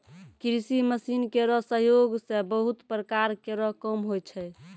कृषि मसीन केरो सहयोग सें बहुत प्रकार केरो काम होय छै